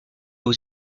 vous